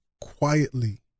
quietly